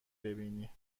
ببینی